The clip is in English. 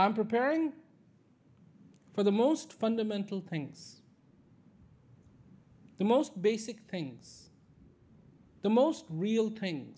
i'm preparing for the most fundamental things the most basic things the most real thing